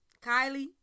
Kylie